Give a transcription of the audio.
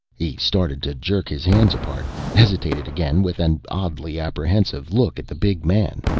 he started to jerk his hands apart, hesitated again with an oddly apprehensive look at the big man,